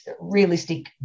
realistic